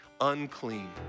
unclean